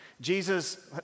Jesus